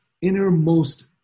innermost